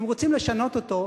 אם רוצים לשנות אותו,